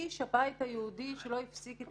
איש הבית היהודי שלא הפסיק את